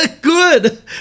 Good